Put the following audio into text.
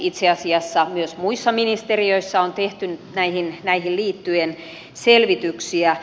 itse asiassa myös muissa ministeriössä on tehty näihin liittyen selvityksiä